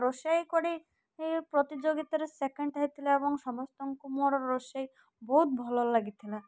ରୋଷେଇ କରି ପ୍ରତିଯୋଗିତାରେ ସେକେଣ୍ଡ ହେଇଥିଲା ଏବଂ ସମସ୍ତଙ୍କୁ ମୋର ରୋଷେଇ ବହୁତ ଭଲ ଲାଗିଥିଲା